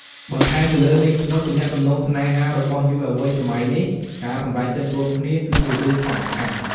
បន្ថែមពីលើនេះ ក្នុងទំនាក់ទំនងស្នេហារបស់យុវវ័យសម័យនេះ ការសម្រេចចិត្តរួមគ្នា គឺជារឿងសំខាន់។